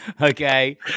Okay